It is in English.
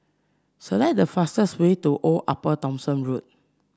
select the fastest way to Old Upper Thomson Road